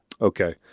Okay